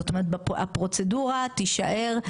זאת אומרת הפרוצדורה תישאר.